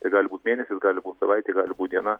tai gali būt mėnesis gali būt savaitė gali būt diena